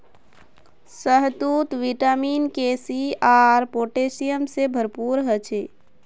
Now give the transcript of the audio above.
शहतूत vitamin K, C आर potassium से भरपूर ह छे